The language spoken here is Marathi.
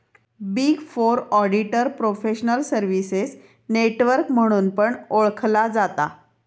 big four auditor professional services network म्हणून पण ओळखला जाता